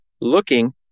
looking